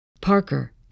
Parker